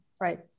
right